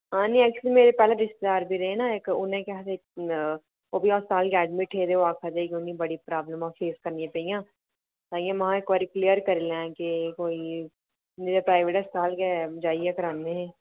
हां नि ऐक्चुअली मेरे पैह्लें रिश्तेदार बी रेह् न इक उ'नें केह् आखदे ओह् बी हास्ताल गै एडमिट हे ते ओह् आक्खा दे के उ'नें बड़ी प्रॉब्लमां फेस करने पेइयां ताईंयें महा इक बारी क्लियर करी लैं के कोई नेईं ते प्राइवेट हास्ताल गै जाइयै कराने